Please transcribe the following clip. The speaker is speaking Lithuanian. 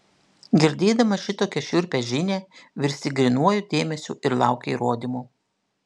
girdėdamas šitokią šiurpią žinią virsti grynuoju dėmesiu ir lauki įrodymų